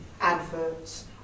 adverts